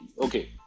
Okay